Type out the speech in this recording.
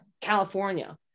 California